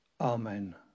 Amen